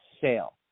sale